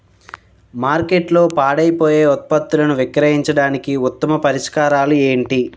మార్కెట్లో పాడైపోయే ఉత్పత్తులను విక్రయించడానికి ఉత్తమ పరిష్కారాలు ఏంటి?